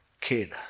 kid